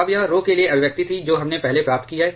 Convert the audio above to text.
अब यह RHO के लिए अभिव्यक्ति थी जो हमने पहले प्राप्त की है